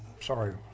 sorry